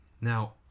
now